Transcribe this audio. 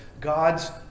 God's